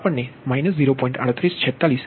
3846 થશે